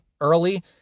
early